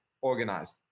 organized